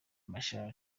machar